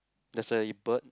there's a bird